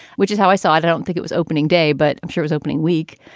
which is how i saw i don't think it was opening day, but i'm sure was opening week.